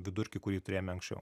vidurkį kurį turėjome anksčiau